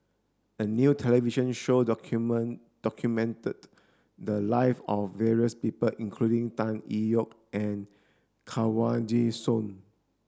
a new television show document documented the lives of various people including Tan Tee Yoke and Kanwaljit Soin